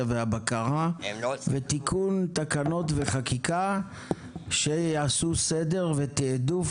והבקרה ותיקון תקנות וחקיקה שיעשו סדר ותיעדוף